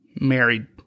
married